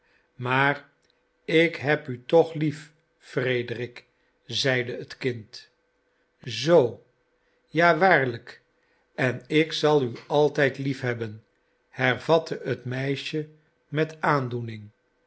maar ik heb u toch lief frederik zeide het kind zoo ja waarlijk en ik zal u altijd liefhebben hervatte het meisje met aandoening